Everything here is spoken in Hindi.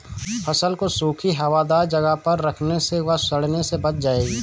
फसल को सूखी, हवादार जगह पर रखने से वह सड़ने से बच जाएगी